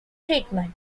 treatment